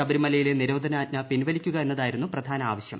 ശബരിമലയിലെ നിരോധനാജ്ഞ പിൻവലിക്കുക എന്നതായിരുന്നു പ്രധാന ആവശ്യം